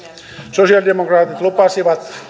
sosialidemokraatit lupasivat